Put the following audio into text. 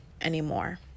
anymore